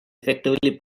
effectively